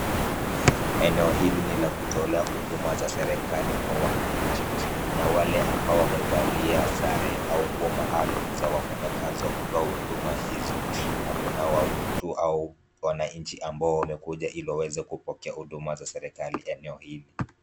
Eneo hili ni la kutolea huduma za serikali kwa wananchi. Kuna wale ambao wamevalia sare au nguo maalumu za wafanyikazi wa kutoa huduma hizo. Na kuna wananchi au watu ambao wamekuja ili waweze kupokea huduma za serikali eneo hili.